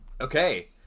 Okay